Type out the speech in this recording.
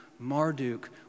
Marduk